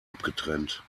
abgetrennt